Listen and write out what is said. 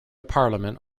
parliament